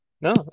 No